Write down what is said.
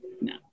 no